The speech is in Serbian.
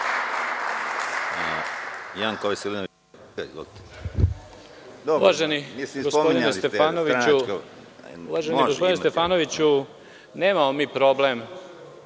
Uvaženi gospodine Stefanoviću, nemamo mi problem